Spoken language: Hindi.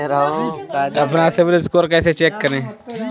अपना सिबिल स्कोर कैसे चेक करें?